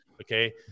Okay